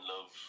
love